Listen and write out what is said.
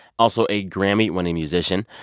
also a grammy-winning musician.